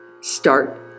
Start